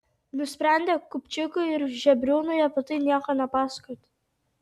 nusprendė kupčikui ir žebriūnui apie tai nieko nepasakoti